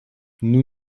nous